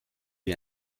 wie